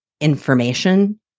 information